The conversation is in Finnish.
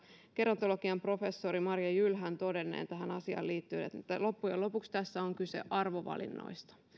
gerontologian professori marja jylhän joskus tv haastattelussa todenneen tähän asiaan liittyen että loppujen lopuksi tässä on kyse arvovalinnoista